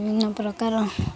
ବିଭିନ୍ନ ପ୍ରକାର